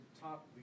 top